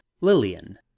Lillian